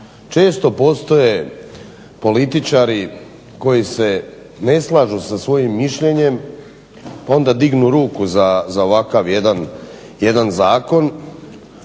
često postoje političari koji se ne slažu sa svojim mišljenjem pa onda dignu ruku za ovakav jedan zakon,